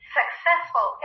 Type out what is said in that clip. successful